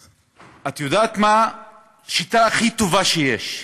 את יודעת מה השיטה הכי טובה שיש?